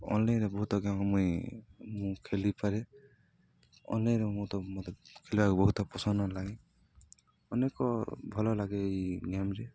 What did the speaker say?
ଅନ୍ଲାଇନ୍ରେ ବହୁତ କ ମୁଇଁ ମୁଁ ଖେଳିପାରେ ଅନ୍ଲାଇନ୍ରେ ମୁଁ ତ ମୋତେ ଖେଳିବାକୁ ବହୁତ ପସନ୍ଦ ଲାଗେ ଅନେକ ଭଲ ଲାଗେ ଏଇ ଗେମ୍ରେ